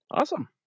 awesome